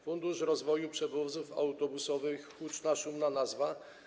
Fundusz rozwoju przewozów autobusowych - huczna, szumna nazwa.